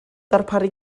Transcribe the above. darparu